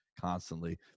constantly